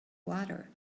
water